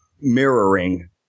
mirroring